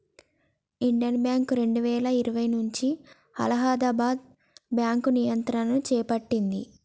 Indian Bank రెండువేల ఇరవై నుంచి అలహాబాద్ బ్యాంకు నియంత్రణను చేపట్టింది